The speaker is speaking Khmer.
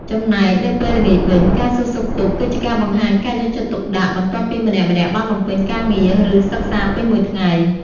ចំណែកនៅពេលល្ងាចវិញ ការសួរសុខទុក្ខគឺជាការបង្ហាញការយកចិត្តទុកដាក់ បន្ទាប់ពីម្នាក់ៗបានបំពេញការងារ ឬសិក្សាពេញមួយថ្ងៃ។